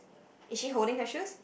is she holding her shoes